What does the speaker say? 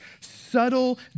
subtle